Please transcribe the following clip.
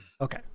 Okay